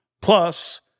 Plus